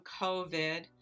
covid